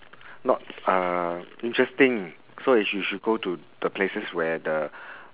not uh interesting so you should should go the places where the